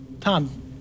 Tom